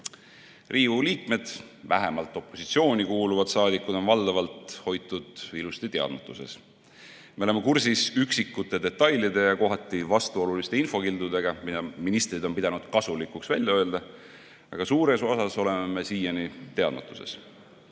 Riigikogu liikmed, vähemalt opositsiooni kuuluvaid saadikuid on valdavalt hoitud teadmatuses. Me oleme kursis üksikute detailide ja kohati vastuoluliste infokildudega, mida ministrid on pidanud kasulikuks välja öelda, aga suures osas oleme siiani teadmatuses.